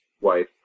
wife